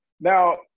Now